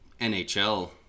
nhl